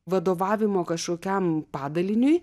vadovavimo kažkokiam padaliniui